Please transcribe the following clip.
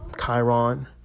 Chiron